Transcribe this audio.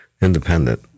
independent